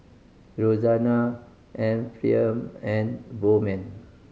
Roxana Ephriam and Bowman